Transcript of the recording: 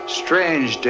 strange